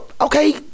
okay